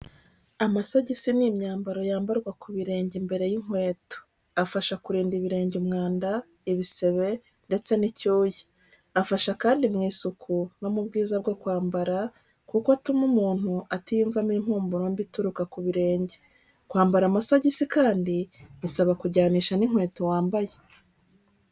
Amasogisi ni imyambaro yambarwa ku birenge imbere y’inkweto, afasha kurinda ibirenge umwanda, ibisebe, ndetse n’icyuya. Afasha kandi mu isuku no mu bwiza bwo kwambara, kuko atuma umuntu atiyumvamo impumuro mbi ituruka ku birenge. Kwambara amasogisi kandi bisaba kujyanisha n’inkweto wambaye.